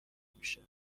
میشه